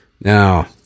now